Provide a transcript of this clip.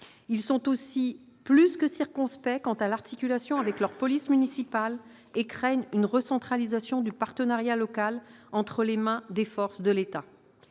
Ils sont aussi plus que circonspects quant à l'articulation de ce dispositif avec leurs polices municipales et craignent une recentralisation du partenariat local entre les mains des forces de l'État.